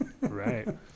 Right